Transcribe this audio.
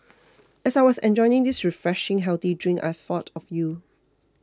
as I was enjoying this refreshing healthy drink I thought of you